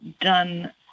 done